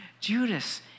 Judas